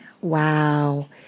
Wow